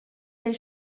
les